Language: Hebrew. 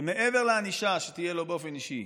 שמעבר לענישה שתהיה עליו באופן אישי,